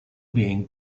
being